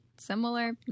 Similar